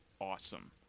awesome